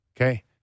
Okay